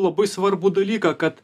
labai svarbų dalyką kad